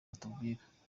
batubwira